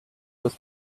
was